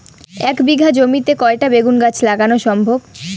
এক বিঘা জমিতে কয়টা বেগুন গাছ লাগানো সম্ভব?